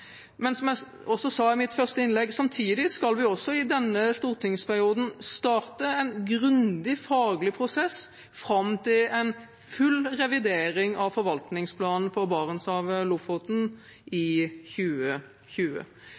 Men som jeg også sa i mitt første innlegg, skal vi samtidig i denne stortingsperioden starte en grundig faglig prosess fram til en full revidering av forvaltningsplanen for Barentshavet og Lofoten i 2020.